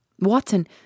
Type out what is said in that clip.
Watson